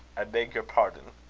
i beg your pardon,